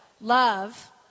love